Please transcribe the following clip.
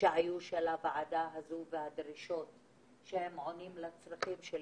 והדרישות של הוועדה הזאת כדי לענות על הצרכים של